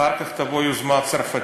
אחר כך תבוא יוזמה צרפתית.